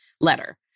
letter